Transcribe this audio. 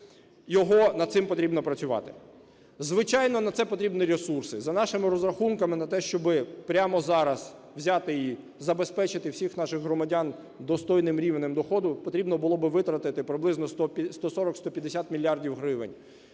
Його… над цим потрібно працювати. Звичайно, на це потрібні ресурси. За нашими розрахунками на те, щоби прямо зараз взяти і забезпечити всіх наших громадян достойним рівнем доходу, потрібно було би витратити приблизно 140-150 мільярдів гривень.